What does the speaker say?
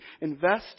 invest